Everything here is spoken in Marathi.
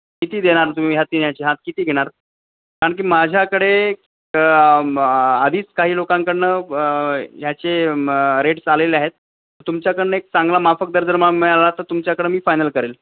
किती देणार तुम्ही ह्या तीन ह्याचे हात किती घेणार कारण की माझ्याकडे क आधीच काही लोकांकडनं ब ह्याचे मं रेट्स आलेले आहेत तुमच्याकडनं एक चांगला माफक दर जर मा मिळाला तर तुमच्याकडं मी फायनल करेल